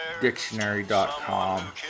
Dictionary.com